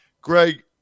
Greg